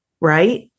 Right